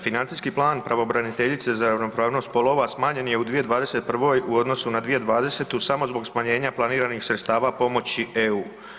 Financijski plan pravobraniteljice za ravnopravnost spolova smanjen je u 2021. u odnosu na 2020. samo zbog smanjenja planiranih sredstava pomoći EU.